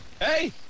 Hey